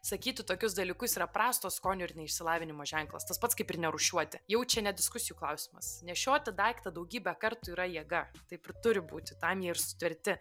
sakyti tokius dalykus yra prasto skonio ir neišsilavinimo ženklas tas pats kaip ir nerūšiuoti jau čia ne diskusijų klausimas nešioti daiktą daugybę kartų yra jėga taip ir turi būti tam ir sutverti